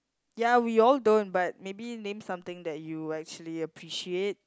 ya we all don't but maybe name something that you will actually appreciate